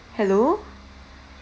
hello